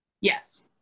yes